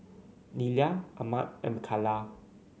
Nelia Ahmed and Micaela